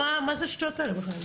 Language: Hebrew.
מה זה השטויות האלה בכלל?